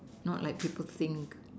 not like people think